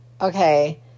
okay